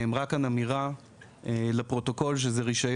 נאמרה כאן אמירה לפרוטוקול שדרישות